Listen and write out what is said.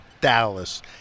Dallas